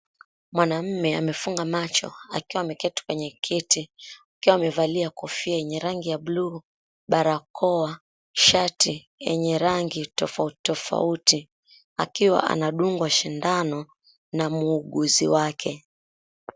Mwananume amefunga macho akiwa ameketi kwenye kiti akiwa amevalia kofia yenye rangi ya buluu, barakoa, shati yenye rangi tofauti tofauti akiwa anadungwa sindano na mwuguzi wake.